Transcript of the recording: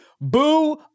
boo